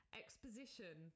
exposition